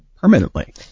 permanently